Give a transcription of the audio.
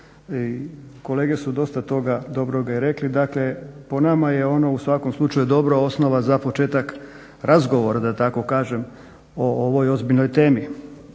kolege su dosta toga dobroga i rekli dakle po nama je ono u svakom slučaju dobra osnova za početak razgovora da tako kažem o ovoj ozbiljnoj temi.